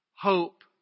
hope